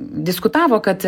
diskutavo kad